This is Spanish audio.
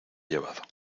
llevado